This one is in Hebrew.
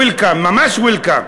welcome, ממש welcome.